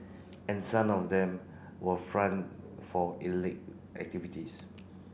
and some of them were front for illicit activities